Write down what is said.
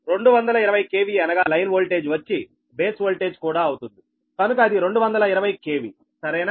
220 KV అనగా line voltage వచ్చి base voltage కూడా అవుతుంది కనుక అది 220 KV సరేనా